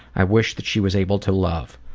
i wish that she was able to love.